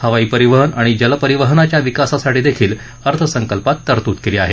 हवाई परिवहन आणि जलपरिवहनाच्या विकासासाठीदेखील अर्थसंकल्पात तरतूद केली आहे